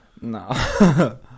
no